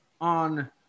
on